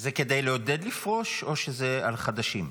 זה כדי לעודד לפרוש או שזה על חדשים?